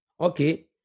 Okay